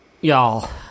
y'all